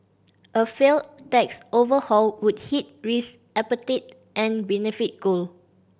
a failed tax overhaul would hit risk appetite and benefit gold